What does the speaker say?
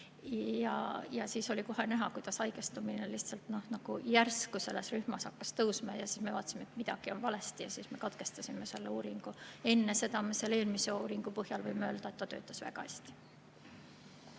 ja oli kohe näha, kuidas haigestumine lihtsalt järsku selles rühmas hakkas tõusma. Nägime, et midagi on valesti, ja katkestasime selle uuringu. Aga enne seda, nagu me eelmise uuringu põhjal võime öelda, see töötas väga hästi.